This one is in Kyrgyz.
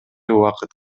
убакыт